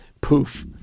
Poof